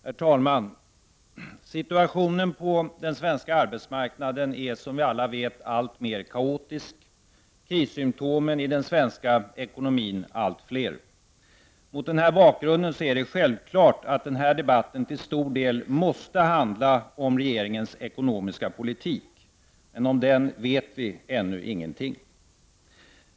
Herr talman! Situationen på svensk arbetsmarknad har som vi alla vet blivit alltmer kaotisk, krissymptomen i ekonomin alltfler. Mot den bakgrunden är det självklart att den här debatten till stor del måste handla om regeringens ekonomiska politik. Men om den vet vi ännu ingenting.